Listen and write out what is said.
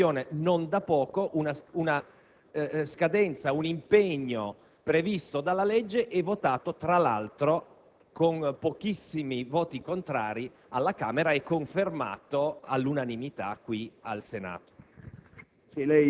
notizie in merito. Una scadenza e un impegno previsti dalla legge e votati, tra l'altro, con pochissimi voti contrari alla Camera e confermati all'unanimità qui al Senato;